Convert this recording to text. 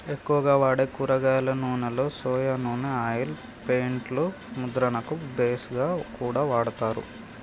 ఎక్కువగా వాడే కూరగాయల నూనెలో సొయా నూనె ఆయిల్ పెయింట్ లు ముద్రణకు బేస్ గా కూడా వాడతారు